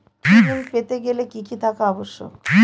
কৃষি ঋণ পেতে গেলে কি কি থাকা আবশ্যক?